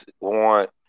want